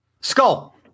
Skull